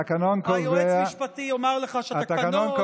היועץ המשפטי יאמר לך שהתקנון,